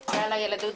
הישיבה ננעלה בשעה